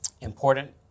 important